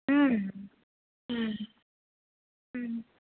ಹ್ಞೂ ಹ್ಞೂ ಹ್ಞೂ